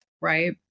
right